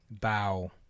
bow